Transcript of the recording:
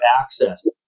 access